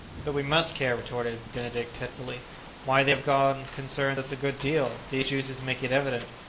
but we must care, retorted benedict testily why they have gone concerns us a good deal these juices make it evident,